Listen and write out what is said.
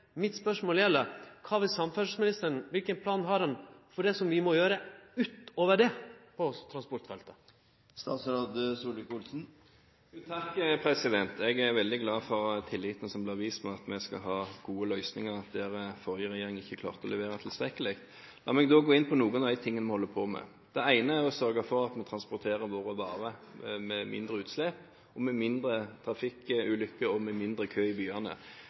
Mitt spørsmål gjeld: Kva vil samferdselsministeren – kva for plan har han for det som vi må gjere utover det på transportfeltet? Jeg er veldig glad for tilliten til at vi skal ha gode løsninger der forrige regjering ikke klarte å levere tilstrekkelig. La meg gå inn på noen av de tingene vi holder på med. Det ene er å sørge for at vi transporterer våre varer med mindre utslipp, med mindre trafikkulykker og med mindre kø i byene.